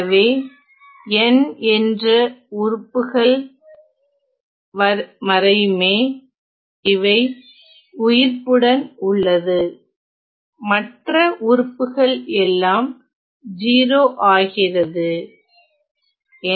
எனவே n என்ற உறுப்புகள் வரையுமே இவை உயிர்ப்புடன் உள்ளது மற்ற உறுப்புகள் எல்லாம் 0 ஆகிறது